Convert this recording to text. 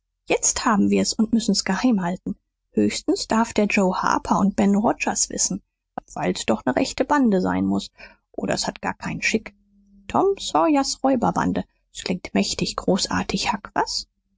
jetzt haben wir's und müssen's geheim halten höchstens darf's der joe harper und ben rogers wissen weil's doch ne rechte bande sein muß oder s hat gar keinen schick tom sawyers räuberbande s klingt mächtig großartig huck was